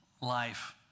life